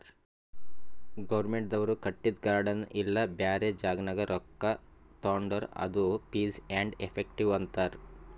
ಗೌರ್ಮೆಂಟ್ದವ್ರು ಕಟ್ಟಿದು ಗಾರ್ಡನ್ ಇಲ್ಲಾ ಬ್ಯಾರೆ ಜಾಗನಾಗ್ ರೊಕ್ಕಾ ತೊಂಡುರ್ ಅದು ಫೀಸ್ ಆ್ಯಂಡ್ ಎಫೆಕ್ಟಿವ್ ಅಂತಾರ್